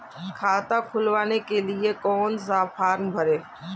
खाता खुलवाने के लिए कौन सा फॉर्म भरें?